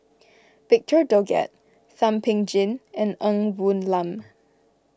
Victor Doggett Thum Ping Tjin and Ng Woon Lam